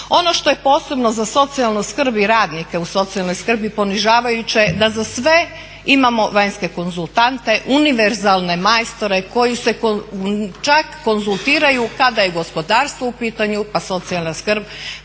Ono što je posebno za socijalnu skrb i radnike u socijalnoj skrbi ponižavajuće da za sve imamo vanjske konzultante, univerzalne majstore koje se čak konzultiraju kada je gospodarstvo u pitanju, pa socijalna skrb,